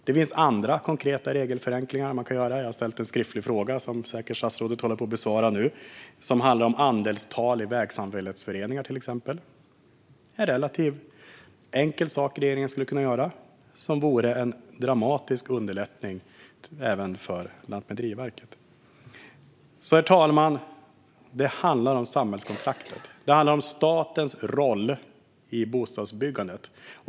Det finns andra konkreta regelförenklingar man kan göra. Jag har ställt en skriftlig fråga som statsrådet säkert håller på att besvara och som handlar om andelstal i vägsamfällighetsföreningar. Det är en relativt enkel sak som regeringen skulle kunna göra och som skulle underlätta dramatiskt även för Lantmäteriet. Herr talman! Det handlar om samhällskontraktet. Det handlar om statens roll i bostadsbyggandet.